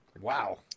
Wow